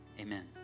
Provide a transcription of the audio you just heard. Amen